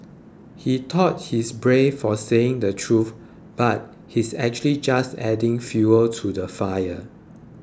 he thought he's brave for saying the truth but he's actually just adding fuel to the fire